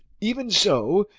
even so,